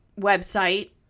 website